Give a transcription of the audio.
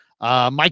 Mike